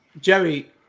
Jerry